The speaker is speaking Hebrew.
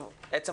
עצם העניין הוא